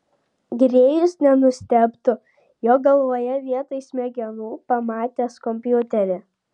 grėjus nenustebtų jo galvoje vietoj smegenų pamatęs kompiuterį